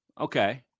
Okay